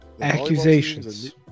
accusations